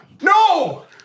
no